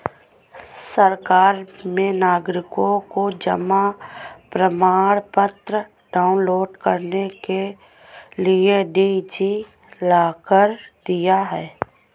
सरकार ने नागरिकों को जमा प्रमाण पत्र डाउनलोड करने के लिए डी.जी लॉकर दिया है